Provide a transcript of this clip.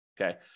Okay